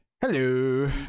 Hello